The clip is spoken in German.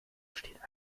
steht